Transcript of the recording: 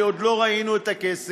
שעוד לא ראינו את הכסף,